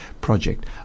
project